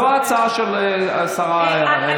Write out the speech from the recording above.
זו ההצעה של השרה אלהרר.